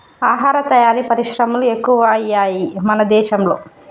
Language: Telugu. ఆహార తయారీ పరిశ్రమలు ఎక్కువయ్యాయి మన దేశం లో